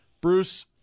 Bruce